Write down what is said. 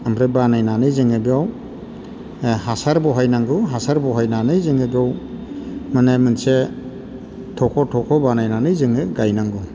आमफ्राय बानायनानै जोङो बेयाव हासार बहायनांगौ हासार बहायनानै जोङो बाव माने मोनसे थख' थख' बानायनानै जोङो गायनांगौ